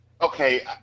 okay